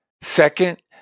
Second